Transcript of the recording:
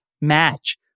match